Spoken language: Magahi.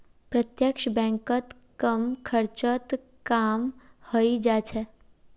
प्रत्यक्ष बैंकत कम खर्चत काम हइ जा छेक